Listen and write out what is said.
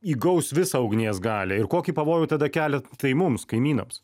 įgaus visą ugnies galią ir kokį pavojų tada kelia tai mums kaimynams